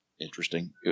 interesting